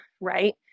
right